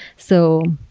so,